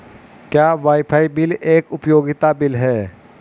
क्या wifi bill एक उपयोगिता बिल है?